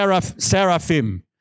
seraphim